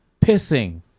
pissing